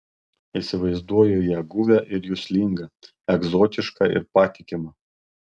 įsivaizduoju ją guvią ir juslingą egzotišką ir patikimą